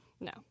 No